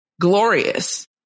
glorious